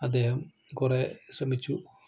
അദ്ദേഹം കുറേ ശ്രമിച്ചു